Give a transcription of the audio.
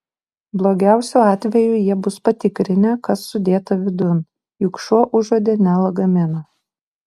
blogiausiu atveju jie bus patikrinę kas sudėta vidun juk šuo užuodė ne lagaminą